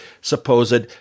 supposed